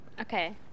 Okay